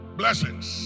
blessings